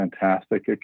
fantastic